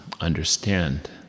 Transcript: understand